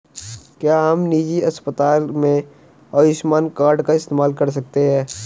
क्या हम निजी अस्पताल में आयुष्मान कार्ड का इस्तेमाल कर सकते हैं?